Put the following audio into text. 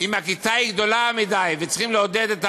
אם הכיתה גדולה מדי וצריכים לעודד את המורה,